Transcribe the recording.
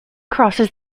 crosses